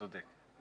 אתה צודק.